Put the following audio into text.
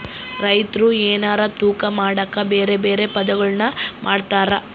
ರೈತ್ರು ಎನಾರ ತೂಕ ಮಾಡಕ ಬೆರೆ ಬೆರೆ ಪದಗುಳ್ನ ಮಾತಾಡ್ತಾರಾ